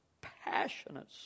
passionate